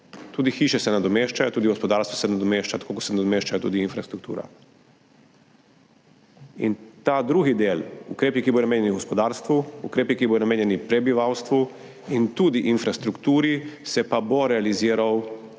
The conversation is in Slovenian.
Tudi hiše se nadomeščajo, tudi gospodarstvo se nadomešča, tako kot se nadomešča tudi infrastruktura. In ta drugi del, ukrepi, ki bodo namenjeni gospodarstvu, ukrepi, ki bodo namenjeni prebivalstvu in tudi infrastrukturi, pa se bo realiziral